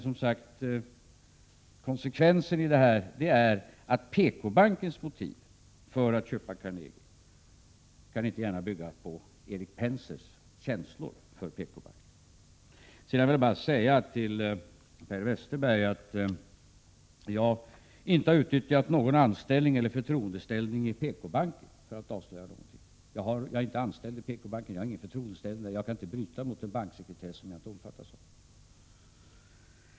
PKbankens motiv för att köpa Carnegie Fondkommission kan inte gärna bygga på Erik Pensers känslor för PKbanken. Sedan vill jag säga till Per Westerberg att jag inte har utnyttjat någon anställning eller förtroendeställning i PKbanken för att avslöja något. Jag är inte anställd vid PKbanken, jag har inte någon förtroendeställning, och jag kan inte bryta mot någon banksekretess som jag inte omfattas av.